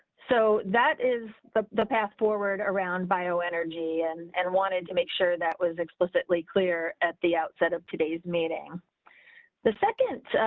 so that is the the path forward around bio energy and and wanted to make sure that was explicitly clear at the outset of today's meeting the second,